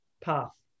path